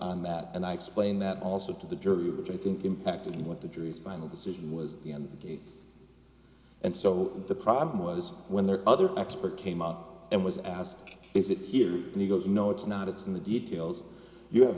on that and i explained that also to the jury which i think impacted what the trees final decision was and so the problem was when the other expert came out and was asked is it here and he goes no it's not it's in the details you have